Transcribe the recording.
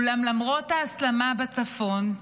אולם למרות ההסלמה בצפון,